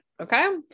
okay